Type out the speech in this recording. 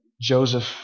Joseph